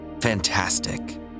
Fantastic